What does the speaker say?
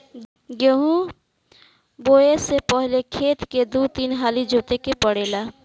गेंहू बोऐ से पहिले खेत के दू तीन हाली जोते के पड़ेला